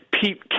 Pete